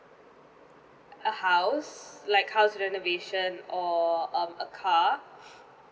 a house like house renovation or um a car